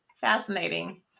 Fascinating